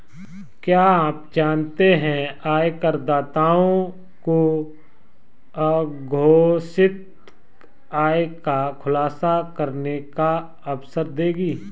क्या आप जानते है आयकरदाताओं को अघोषित आय का खुलासा करने का अवसर देगी?